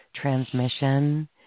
transmission